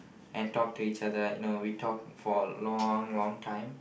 and talk to each other you know we talk for a long long time